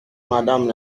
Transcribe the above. madame